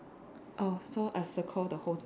oh so I circle the whole thing